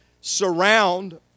surround